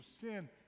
sin